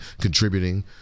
contributing